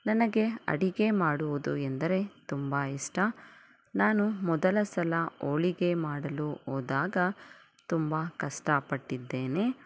ನನಗೆ ಅಡಿಗೆ ಮಾಡುವುದು ಎಂದರೆ ತುಂಬ ಇಷ್ಟ ನಾನು ಮೊದಲ ಸಲ ಹೋಳಿಗೆ ಮಾಡಲು ಹೋದಾಗ ತುಂಬ ಕಷ್ಟ ಪಟ್ಟಿದ್ದೇನೆ